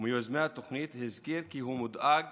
ומיוזמי התוכנית, הזכיר כי הוא מודאג